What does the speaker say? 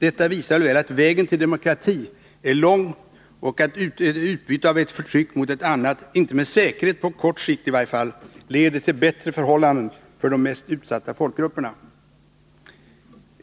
Detta visar väl att vägen till demokrati är lång och att utbyte av ett förtryck mot ett annat inte med säkerhet på kort sikt leder till bättre förhållanden för de mest utsatta folkgrupperna.